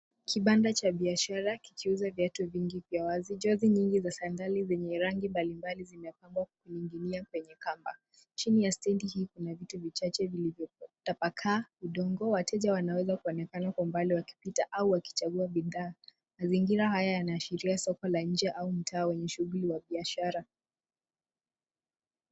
Kibanda cha biashara kikiuza viatu vingi vya wazi. Jozi nyingi za shangali zenye rangi mbali mbali zimepangwa kuninginia kwenye kamba. Chini ya stendi hii kuna vitu vichache vilivyo tapakaa udongo. Wateja wanaweza kuonekana kwa umbali wakipita au wakichagua bidhaa . Mazingira haya yanaashiria soko la nje au mtaa wenye shughuli ya biashara.